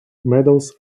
medals